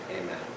amen